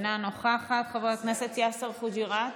אינה נוכחת, חבר הכנסת יאסר חוג'יראת,